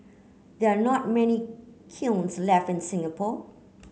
there are not many kilns left in Singapore